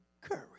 courage